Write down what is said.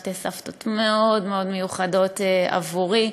שתי סבתות מאוד מאוד מיוחדות בעבורי.